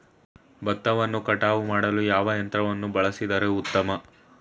ಭತ್ತವನ್ನು ಕಟಾವು ಮಾಡಲು ಯಾವ ಯಂತ್ರವನ್ನು ಬಳಸಿದರೆ ಉತ್ತಮ?